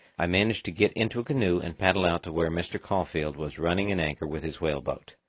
i managed to get into a canoe and paddle out to where mr. caulfeild was running an anchor with his whale-boat.